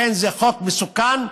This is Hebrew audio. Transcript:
זה חוק מסוכן.